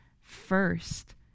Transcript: first